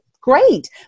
great